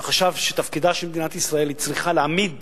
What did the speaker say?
וחשב שתפקידה של מדינת ישראל, היא צריכה להעמיד